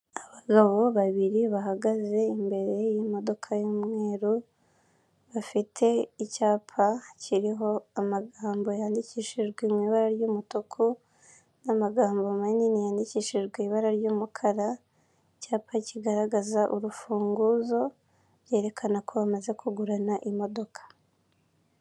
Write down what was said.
Abagabo babiri bahagaze imbere y'imodoka y'umweru, bafite icyapa kiriho amagambo yandikishijwe mu ibara ry'umutuku n'amagambo manini yandikishijwe ibara ry'umukara, icyapa kigaragaza urufunguzo; byerekana ko bamaze kugurana imodoka.